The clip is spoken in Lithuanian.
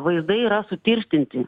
vaizdai yra sutirštinti